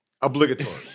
Obligatory